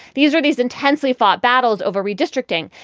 these are these intensely fought battles over redistricting.